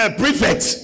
prefect